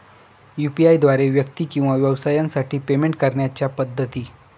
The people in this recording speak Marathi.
यू.पी.आय द्वारे व्यक्ती किंवा व्यवसायांसाठी पेमेंट करण्याच्या पद्धती